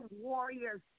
warriors